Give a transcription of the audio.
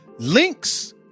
Links